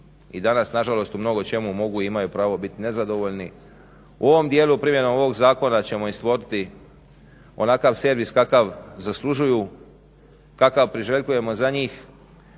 i danas nažalost u mnogočemu mogu i imaju pravo biti nezadovoljni. U ovom dijelu primjena ovog zakona … onakav servis kakav zaslužuju, kakav priželjkujemo za njih